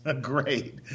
Great